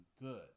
good